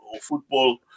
football